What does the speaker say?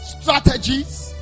strategies